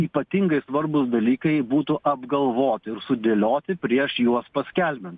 ypatingai svarbūs dalykai būtų apgalvoti ir sudėlioti prieš juos paskelbian